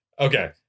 Okay